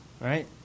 right